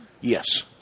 Yes